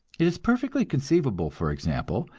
it is perfectly conceivable, for example,